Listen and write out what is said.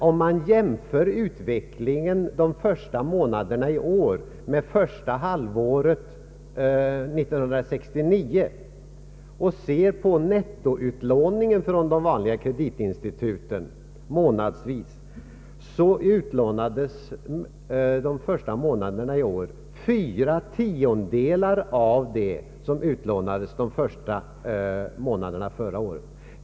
Om man jämför utvecklingen de första månaderna i år med motsvarande år 1969 och särskilt beaktar nettoutlåningen från de vanliga kreditinstituten månad för månad så finner man att det under de första fyra månaderna i år utlånades fyra tiondelar av den summa som lånades ut motsvarande tid förra året.